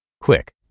Quick